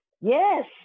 Yes